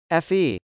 FE